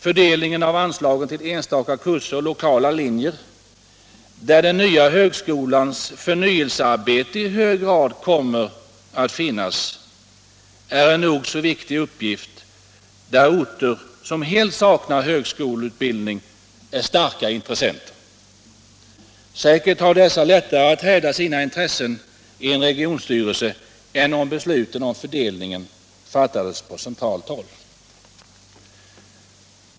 Fördelningen av anslagen till enstaka kurser och lokala linjer, där den nya högskolans förnyelsearbete i hög grad kommer att finnas, är också en viktig uppgift, där orter som helt saknar högskoleutbildning är starka intressenter. Säkert har dessa lättare att hävda sina intressen i en regionstyrelse än om besluten om fördelningen fattades på centralt håll.